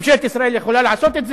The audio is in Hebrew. ממשלת ישראל יכולה לעשות את זה?